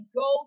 go